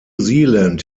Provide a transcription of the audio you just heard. zealand